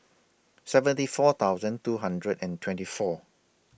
seventy four thousand two hundred and twenty four